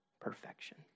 perfection